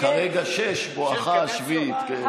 כרגע שש בואכה השביעית.